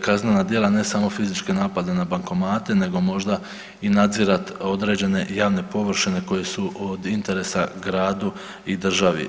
kaznena djela ne samo fizičke napade na bankomate nego možda i nadzirati određene javne površine koje su od interesa gradu i državi.